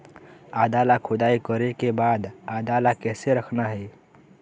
आदा ला खोदाई करे के बाद आदा ला कैसे रखना हे?